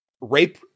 rape